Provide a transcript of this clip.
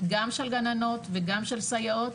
גם של גננות וגם של סייעות,